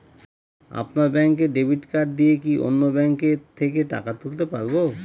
আপনার ব্যাংকের debit card দিয়ে কি অন্য ব্যাংকের থেকে টাকা তুলতে পারবো?